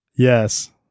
Yes